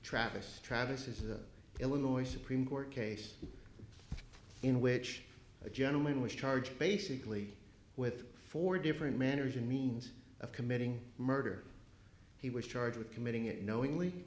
an illinois supreme court case in which a gentleman was charged basically with four different manners in means of committing murder he was charged with committing it knowingly